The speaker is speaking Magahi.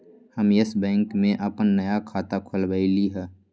हम यस बैंक में अप्पन नया खाता खोलबईलि ह